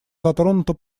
затронута